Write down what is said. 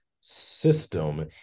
system